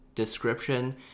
description